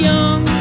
Young